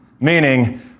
meaning